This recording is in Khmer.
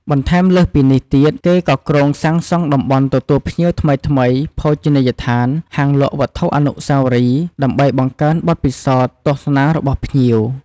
បន្ថែមលើសពីនេះទៀត គេក៏គ្រោងសាងសង់តំបន់ទទួលភ្ញៀវថ្មីៗ ភោជនីយដ្ឋាន ហាងលក់វត្ថុអនុស្សាវរីយ៍ ដើម្បីបង្កើនបទពិសោធន៍ទស្សនារបស់ភ្ញៀវ។